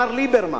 מר ליברמן,